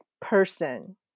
person